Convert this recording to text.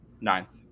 ninth